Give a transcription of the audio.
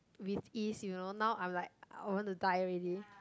with ease you know now I'm like I want to die already